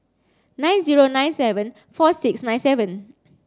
nine zero nine seven four six nine seven